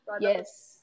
Yes